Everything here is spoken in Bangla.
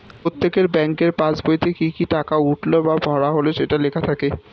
প্রত্যেকের ব্যাংকের পাসবইতে কি কি টাকা উঠলো বা ভরা হলো সেটা লেখা থাকে